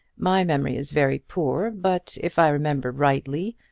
my memory is very poor, but if i remember rightly,